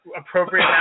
appropriate